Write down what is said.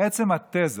עצם התזה